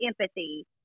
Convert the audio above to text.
empathy